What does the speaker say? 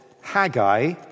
Haggai